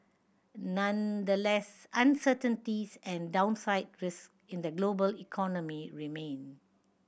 nonetheless uncertainties and downside risk in the global economy remain